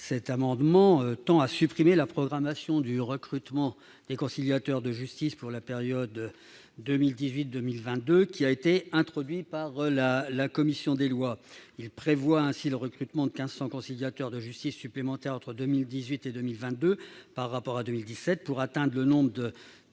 cet amendement tendant à supprimer la programmation du recrutement de conciliateurs de justice pour la période 2018-2022 qu'elle a introduite. L'article prévoit le recrutement de 1 500 conciliateurs de justice supplémentaires entre 2018 et 2022 par rapport à 2017, pour atteindre l'effectif de